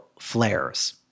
flares